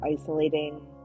isolating